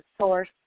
source